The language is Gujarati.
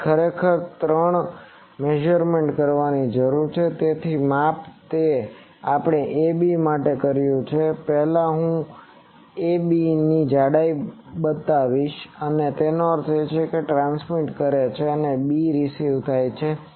તેથી ખરેખર ત્રણ મેઝરમેન્ટ કરવાની જરૂર છે તે જ માપ છે જે આપણે 'ab' માટે કર્યું છે તે પહેલાં હું 'ab' ની જોડી બનાવીશ એનો અર્થ એ કે 'a' ટ્રાન્સમિટ કરે છે અને 'b' રીસીવ્ડ થાય છે